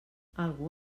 algú